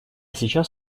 сейчас